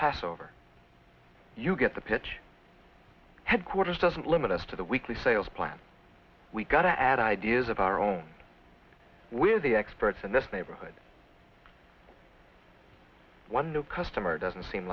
passover you get the pitch headquarters doesn't limit us to the weekly sales plan we got to add ideas of our own we're the experts in this neighborhood one new customer doesn't seem